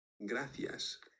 Gracias